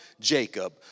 Jacob